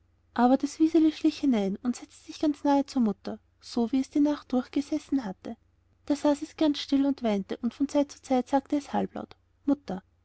aber das wiseli schlich hinein und setzte sich ganz nahe zur mutter so wie es die nacht durch neben ihr gesessen hatte da saß es ganz still und weinte und von zeit zu zeit sagte es halblaut mutter